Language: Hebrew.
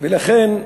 לכן,